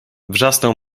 wrzasnął